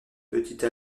petite